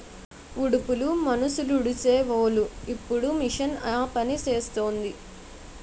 ఉడుపులు మనుసులుడీసీవోలు ఇప్పుడు మిషన్ ఆపనిసేస్తాంది